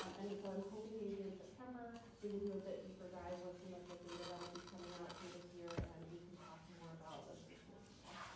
um and and so i'm hoping maybe in september, we could do a bit deeper dive with some of the data that'll be coming out through this year and we can talk more about those initiatives as well.